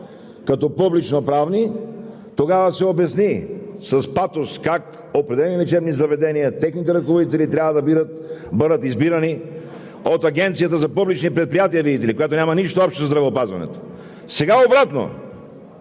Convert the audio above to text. като публичноправни. Тогава се обясни с патос как определени лечебни заведения, техните ръководители трябва да бъдат избирани от Агенцията за публични предприятия, видите ли, която няма нищо общо със здравеопазването! Сега обратно